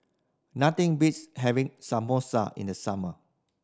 nothing beats having Samosa in the summer